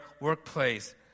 workplace